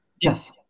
Yes